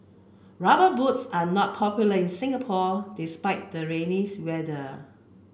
rubber boots are not popular in Singapore despite the rainy's weather